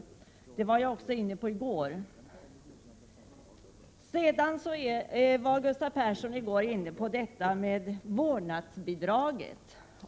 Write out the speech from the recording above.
Detta var jag inne på också i går. Gustav Persson talade i går om vårdnadsbidraget.